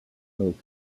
oak